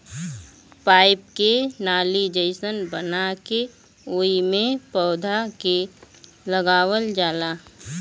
pipe के नाली जइसन बना के ओइमे पौधा के लगावल जाला